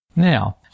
Now